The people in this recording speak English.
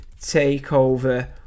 takeover